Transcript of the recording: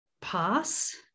pass